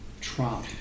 Trump